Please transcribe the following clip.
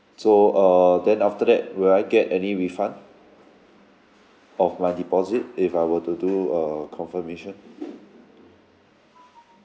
so err then after that will I get any refund of my deposit if I were to do a confirmation